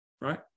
right